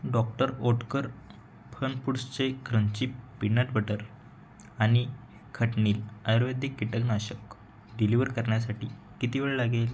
doctor Oetker फनफूड्सचे crunchy peanut butter आणि खटनील आयुर्वेदिक कीटकनाशक डिलिव्हर करण्यासाठी किती वेळ लागेल